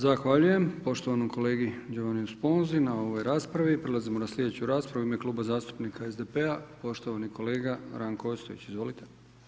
Zahvaljujem poštovanom kolegi Giovanniu Sponzi na ovoj raspravi, prelazimo na sljedeću raspravu u ime Kluba zastupnika SDP-a poštovani kolega Ranko Ostojić, izvolite.